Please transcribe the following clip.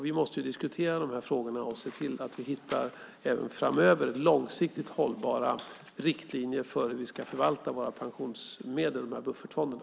Vi måste diskutera de här frågorna och se till att vi även framöver hittar långsiktigt hållbara riktlinjer för hur vi ska förvalta våra pensionsmedel i de här buffertfonderna.